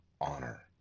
honor